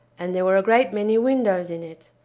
and there were a great many windows in it.